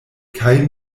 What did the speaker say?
kaj